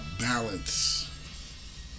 balance